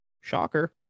Shocker